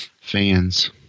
fans